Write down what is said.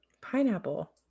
Pineapple